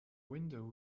window